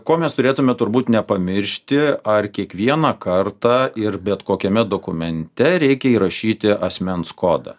ko mes turėtume turbūt nepamiršti ar kiekvieną kartą ir bet kokiame dokumente reikia įrašyti asmens kodą